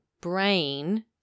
brain